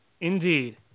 Indeed